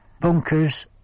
bunkers